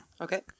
Okay